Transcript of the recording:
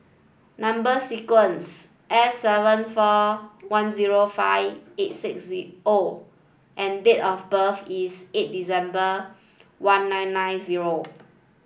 number sequence S seven four one zero five eight six O and date of birth is eight December one nine nine zero